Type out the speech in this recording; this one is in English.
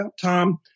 Tom